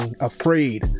afraid